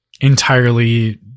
entirely